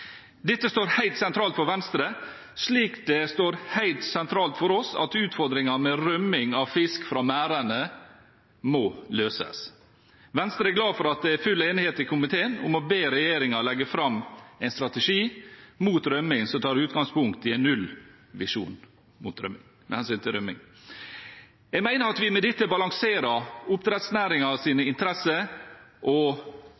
Dette står helt sentralt for Venstre, slik det står helt sentralt for oss at utfordringen med rømming av fisk fra merdene må løses. Venstre er glad for at det er full enighet i komiteen om å be regjeringen legge fram en strategi mot rømming som tar utgangspunkt i en nullvisjon. Jeg mener at vi med dette balanserer oppdrettsnæringens interesser og